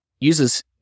uses